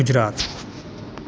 Gujarat